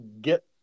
get